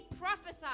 prophesied